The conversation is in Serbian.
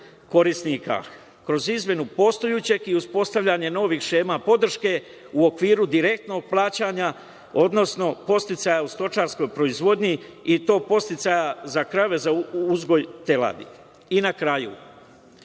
korisnika kroz izmenu postojećeg i uspostavljanje novih šema podrške u okviru direktnog plaćanja, odnosno podsticaja u stočarskoj proizvodnji, i to podsticaja za krave za uzgoj teladi. Na kraju,